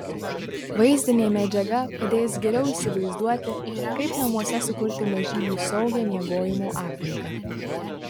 vaizdinė medžiaga padės geriau įsivaizduoti kaip namuose sukurti mažyliui saugią miegojimo aplinką